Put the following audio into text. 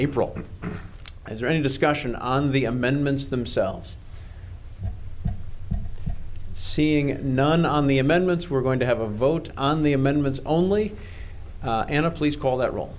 april was there any discussion on the amendments themselves seeing it non on the amendments we're going to have a vote on the amendments only and a please call that rol